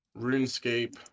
RuneScape